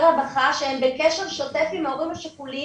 רווחה שהם בקשר שוטף עם ההורים השכולים,